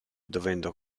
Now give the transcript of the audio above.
dovendo